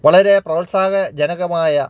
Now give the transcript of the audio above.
വളരെ പ്രോത്സാഹന ജനകമായ